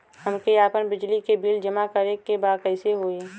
हमके आपन बिजली के बिल जमा करे के बा कैसे होई?